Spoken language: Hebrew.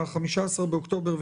15 באוקטובר,